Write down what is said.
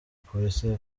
police